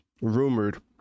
rumored